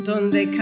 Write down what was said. Donde